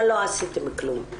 לא שמעתי את המשפט האחרון.